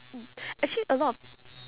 mm actually a lot of